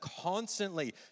constantly